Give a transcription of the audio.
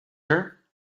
her